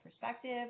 perspective